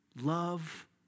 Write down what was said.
Love